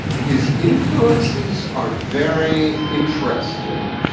his influences are very interesting.